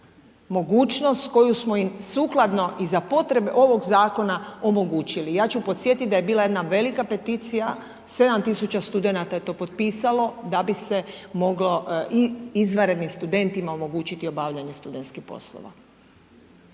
mogućnost koju smo im sukladno i za potrebe ovog zakona omogućili. Ja ću podsjetiti da je bila jedna velika peticija 7 tisuća studenata je to potpisalo da bi se moglo i izvanrednim studentima omogućiti obavljanje studentskih poslova.